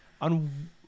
on